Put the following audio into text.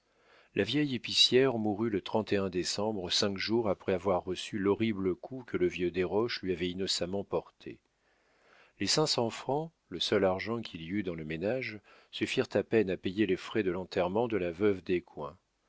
la vieille épicière mourut le décembre cinq jours après avoir reçu l'horrible coup que le vieux desroches lui avait innocemment porté les cinq cents francs le seul argent qu'il y eût dans le ménage suffirent à peine à payer les frais de l'enterrement de la veuve